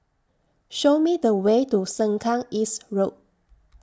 Show Me The Way to Sengkang East Road